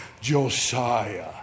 Josiah